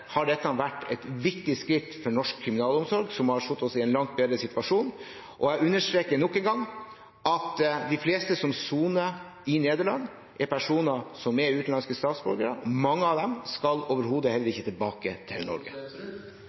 har dette vært et viktig skritt for norsk kriminalomsorg. Det har satt oss i en langt bedre situasjon. Og jeg understreker nok engang at de fleste som soner i Nederland, er utenlandske statsborgere. Mange av dem skal overhodet ikke tilbake til Norge.